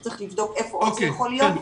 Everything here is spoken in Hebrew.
צריך לבדוק איפה עוד זה יכול להיות,